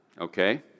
Okay